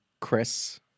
Chris